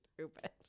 stupid